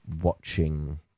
watching